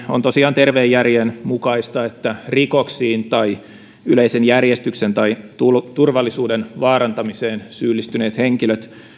on tosiaan terveen järjen mukaista että rikoksiin tai yleisen järjestyksen tai turvallisuuden vaarantamiseen syyllistyneet henkilöt